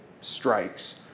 strikes